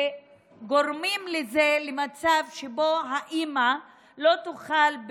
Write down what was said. וגרמו למצב שבו האימא לא תוכל,